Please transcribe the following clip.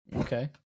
Okay